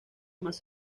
más